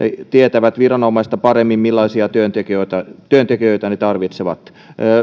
tietävät viranomaista paremmin millaisia työntekijöitä työntekijöitä ne tarvitsevat